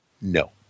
No